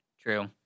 True